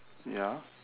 ya